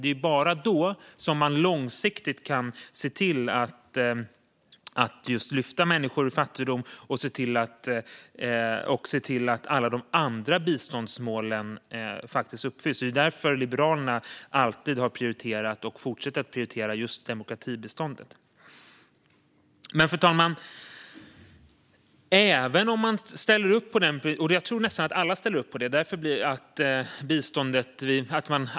Det är ju bara då man långsiktigt kan se till att just lyfta människor ur fattigdom och se till att alla de andra biståndsmålen faktiskt uppfylls. Det är därför Liberalerna alltid har prioriterat och fortsätter att prioritera just demokratibiståndet. Fru talman! Jag tror att nästan alla ställer upp på detta.